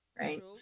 Right